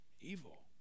Evil